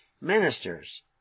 ministers